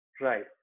Right